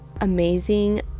amazing